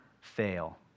fail